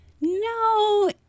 No